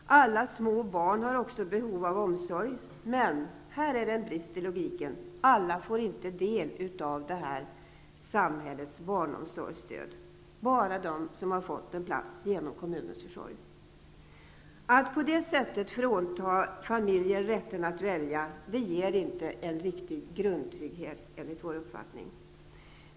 Alla små barn har också behov av omsorg, men här finns en brist i logiken. Alla får inte del av det här samhällets barnomsorgsstöd, bara de som har fått en plats genom kommunens försorg. Att på det sättet frånta familjer rätten att välja ger inte en riktig grundtrygghet, enligt vår uppfattning.